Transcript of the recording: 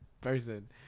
person